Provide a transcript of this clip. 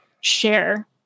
share